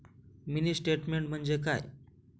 Mini statement म्हणजे काय?